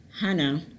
Hannah